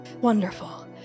Wonderful